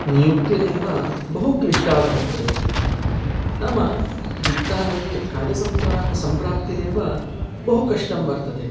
नियुक्तिरेव बहु क्लिष्टा वर्तते नाम वित्तालये कार्य संतुडा सम्प्राप्तिरेव बहु कष्टं वर्तते